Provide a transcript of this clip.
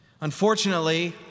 Unfortunately